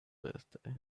birthday